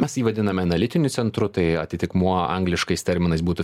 mes jį vadiname analitiniu centru tai atitikmuo angliškais terminais būtų